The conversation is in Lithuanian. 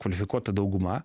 kvalifikuota dauguma